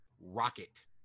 rocket